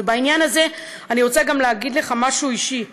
ובעניין הזה אני רוצה גם להגיד לך משהו אישי,